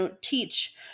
teach